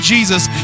Jesus